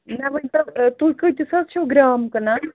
مےٚ ؤنۍتو تُہۍ کۭتِس حظ چھُو گرٛام کٕنان